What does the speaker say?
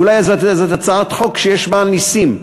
אולי זאת הצעת חוק שיש בה נסים,